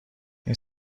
این